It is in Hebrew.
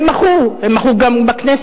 הם מחו, הם מחו גם בכנסת.